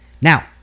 now